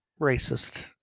racist